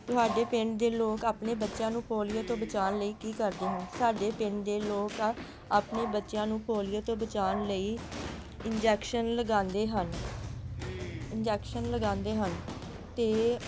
ਤੁਹਾਡੇ ਪਿੰਡ ਦੇ ਲੋਕ ਆਪਣੇ ਬੱਚਿਆਂ ਨੂੰ ਪੋਲੀਓ ਤੋਂ ਬਚਾਉਣ ਲਈ ਕੀ ਕਰਦੇ ਹਨ ਸਾਡੇ ਪਿੰਡ ਦੇ ਲੋਕ ਆਪਣੇ ਬੱਚਿਆਂ ਨੂੰ ਪੋਲੀਓ ਤੋਂ ਬਚਾਉਣ ਲਈ ਇੰਜੈਕਸ਼ਨ ਲਗਵਾਉਂਦੇ ਹਨ ਇੰਜੈਕਸ਼ਨ ਲਗਵਾਉਂਦੇ ਹਨ ਅਤੇ